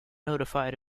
notified